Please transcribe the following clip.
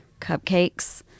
cupcakes